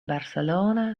barcelona